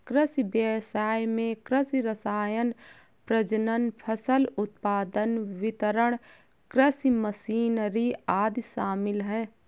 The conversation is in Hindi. कृषि व्ययसाय में कृषि रसायन, प्रजनन, फसल उत्पादन, वितरण, कृषि मशीनरी आदि शामिल है